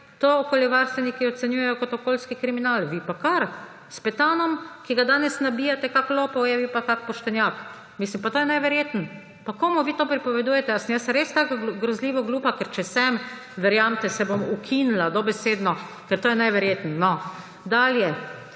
To okoljevarstveniki ocenjujejo kot okoljski kriminal, vi pa kar s Petanom, ki ga danes nabijate, kakšen lopov je, vi pa kakšen poštenjak. To je neverjetno. Komu vi to pripovedujete? Ali sem jaz res tako grozljivo glupa, ker če sem, verjemite, se bom ukinila, dobesedno, ker to je neverjetno. Dalje.